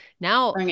now